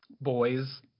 Boys